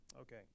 Okay